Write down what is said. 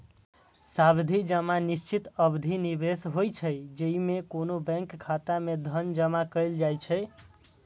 सावधि जमा निश्चित अवधिक निवेश होइ छै, जेइमे कोनो बैंक खाता मे धन जमा कैल जाइ छै